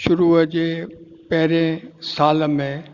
शुरूअ जे पहिरें साल में